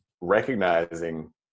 recognizing